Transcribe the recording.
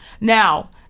now